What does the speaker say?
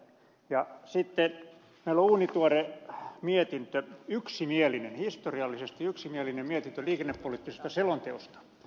meillä on uunituore mietintö historiallisesti yksimielinen mietintö liikennepoliittisesta selonteosta